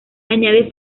añade